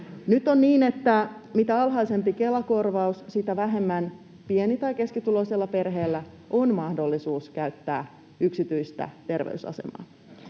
Nyt on niin, että mitä alhaisempi Kela-korvaus, sitä vähemmän pieni- tai keskituloisella perheellä on mahdollisuus käyttää yksityistä terveysasemaa.